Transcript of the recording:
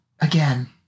again